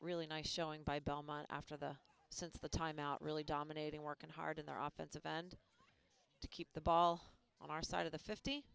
really nice showing by belmont after the since the timeout really dominating working hard in their office event to keep the ball on our side of the fifty